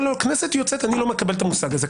כנסת יוצאת, אני לא מקבל את המושג הזה.